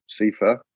CIFA